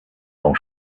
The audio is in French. dans